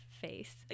face